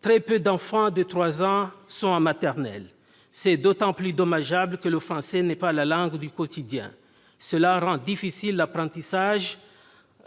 très peu d'enfants de trois ans sont en maternelle. C'est d'autant plus dommageable que le français n'est pas la langue du quotidien. Cela rend difficile l'apprentissage